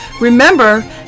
Remember